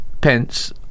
pence